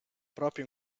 proprio